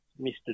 Mr